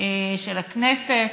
של הכנסת.